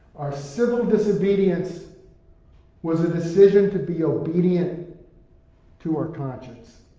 our civil disobedience was a decision to be obedient to our conscience.